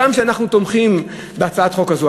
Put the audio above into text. הגם שאנחנו תומכים בהצעת החוק הזו,